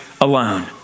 alone